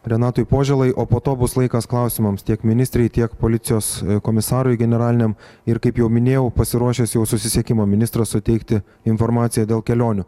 renatui požėlai o po to bus laikas klausimams tiek ministrei tiek policijos komisarui generaliniam ir kaip jau minėjau pasiruošęs jau susisiekimo ministras suteikti informaciją dėl kelionių